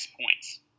points